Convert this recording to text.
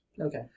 Okay